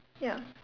ya